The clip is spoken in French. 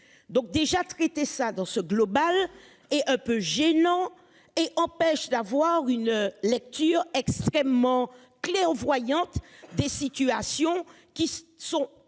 Donc déjà traité ça dans ce global est un peu gênant et empêche d'avoir une lecture extrêmement. Clairvoyante des situations qui sont